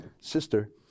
Sister